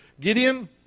Gideon